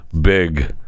big